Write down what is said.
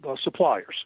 suppliers